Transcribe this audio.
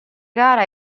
gara